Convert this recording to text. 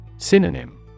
Synonym